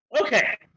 Okay